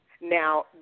Now